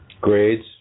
Grades